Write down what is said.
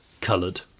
coloured